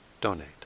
donate